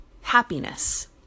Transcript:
happiness